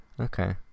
Okay